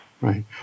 Right